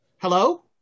Hello